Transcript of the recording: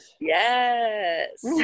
Yes